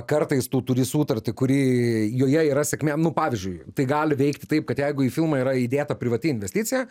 kartais tu turi sutartį kuri joje yra sėkmė nu pavyzdžiui tai gali veikti taip kad jeigu į filmą yra įdėta privati investicija